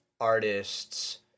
artists